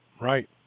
Right